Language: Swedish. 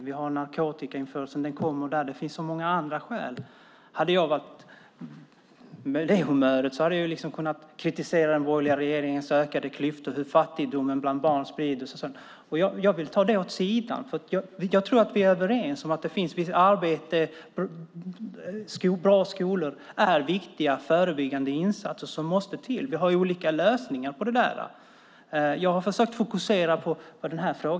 Vi har narkotikainförseln som sker där, och det finns många andra skäl. Om jag hade varit på det humöret hade jag kunnat kritisera den borgerliga regeringens ökade klyftor, hur fattigdomen bland barn sprider sig och så vidare. Men jag vill ta det åt sidan, för jag tror att vi är överens om att det behövs ett visst arbete. Bra skolor är viktiga förebyggande insatser som måste till. Vi har olika lösningar på detta. Jag har försökt fokusera på vad frågan handlar om.